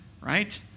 Right